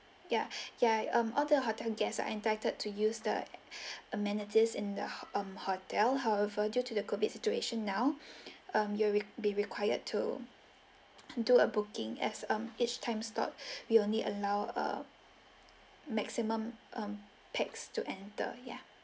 yeah yeah um all the hotel guests are entitled to use the amenities in the um hotel however due to the COVID situation now um you will be required to do a booking as um each time slot we only allow uh maximum um pax to enter ya